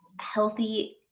healthy